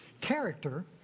Character